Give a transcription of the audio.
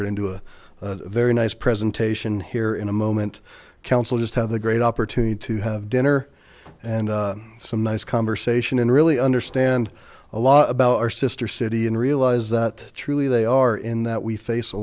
going to a very nice presentation here in a moment council just had the great opportunity to have dinner and some nice conversation and really understand a lot about our sister city and realize that truly they are in that we face a